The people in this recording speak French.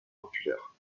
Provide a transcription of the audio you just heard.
populaires